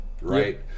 Right